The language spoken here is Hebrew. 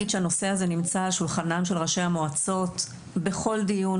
הזה נמצא על שולחנם של ראשי המועצות בכל דיון,